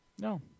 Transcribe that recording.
No